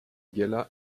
gala